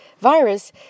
virus